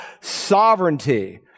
sovereignty